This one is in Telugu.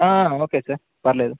ఓకే సార్ పర్లేదు